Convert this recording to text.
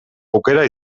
aukera